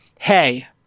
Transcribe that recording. hey